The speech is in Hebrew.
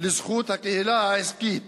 לזכות הקהילה העסקית